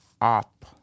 up